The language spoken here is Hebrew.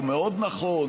הוא מאוד נכון,